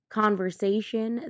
conversation